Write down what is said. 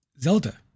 Zelda